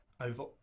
over